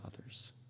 others